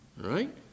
right